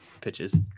pitches